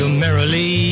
merrily